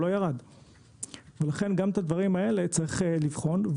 גם את הדברים האלה צריכים לבחון.